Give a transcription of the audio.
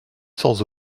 sans